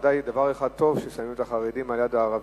ודאי דבר אחד טוב, ששמים את החרדים ליד הערבים.